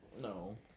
no